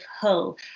Hull